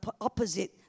opposite